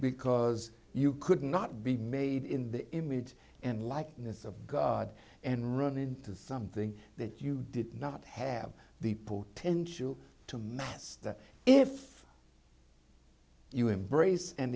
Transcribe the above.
because you could not be made in the image and likeness of god and run into something that you did not have the portentious to master if you embrace and